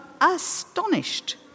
astonished